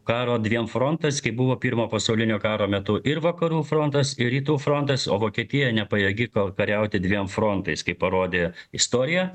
karo dviem frontais kaip buvo pirmo pasaulinio karo metu ir vakarų frontas ir rytų frontas o vokietija nepajėgi kariauti dviem frontais kaip parodė istorija